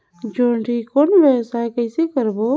जोणी कौन व्यवसाय कइसे करबो?